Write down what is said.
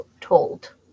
told